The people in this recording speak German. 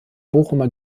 bochumer